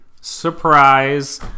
Surprise